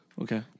Okay